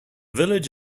village